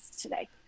today